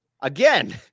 Again